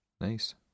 Nice